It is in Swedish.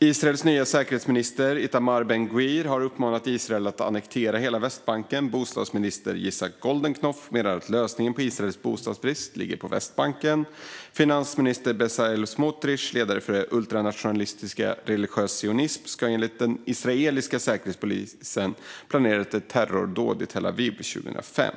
Israels nya säkerhetsminister Itamar Ben-Gvir har uppmanat Israel att annektera hela Västbanken, och bostadsminister Yitzhak Goldknopf menar att lösningen på Israels bostadsbrist ligger på Västbanken. Finansminister Bezalel Smotrich, ledare för det ultranationalistiska Religiös sionism, ska enligt den israeliska säkerhetspolisen ha planerat ett terrordåd i Tel Aviv 2005.